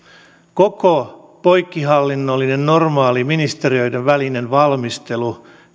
koko poikkihallinnollinen normaali ministeriöiden välinen valmistelu